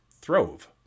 throve